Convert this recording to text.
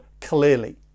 clearly